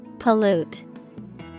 Pollute